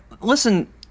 listen